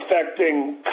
affecting